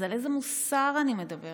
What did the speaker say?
אז על איזה מוסר אני מדברת